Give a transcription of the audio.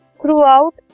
throughout